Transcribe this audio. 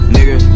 Nigga